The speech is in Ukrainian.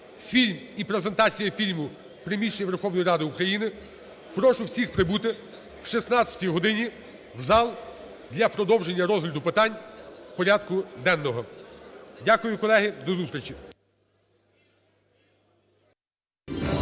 фільм і презентація фільму в приміщенні Верховної Ради України. Прошу всіх прибути о 16 годині в зал для продовження розгляду питань порядку денного. Дякую, колеги. До зустрічі.